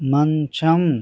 మంచం